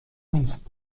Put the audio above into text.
نیست